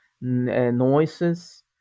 noises